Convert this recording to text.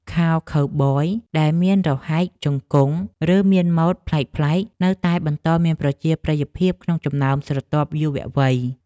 ខោខូវប៊យដែលមានរហែកជង្គង់ ឬមានម៉ូដប្លែកៗនៅតែបន្តមានប្រជាប្រិយភាពក្នុងចំណោមស្រទាប់យុវវ័យ។